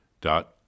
dot